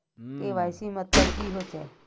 KYC मतलब की होचए?